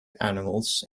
animals